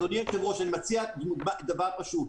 אדוני היושב-ראש, אני מציע דבר פשוט: